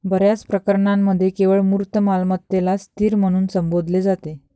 बर्याच प्रकरणांमध्ये केवळ मूर्त मालमत्तेलाच स्थिर म्हणून संबोधले जाते